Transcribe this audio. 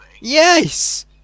Yes